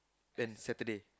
and Saturday